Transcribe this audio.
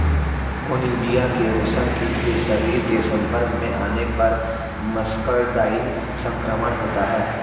conidia के रेशमकीट के शरीर के संपर्क में आने पर मस्करडाइन संक्रमण होता है